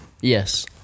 Yes